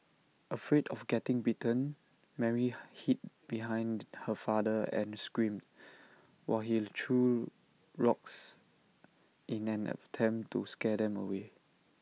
afraid of getting bitten Mary hid behind her father and screamed while he threw rocks in an attempt to scare them away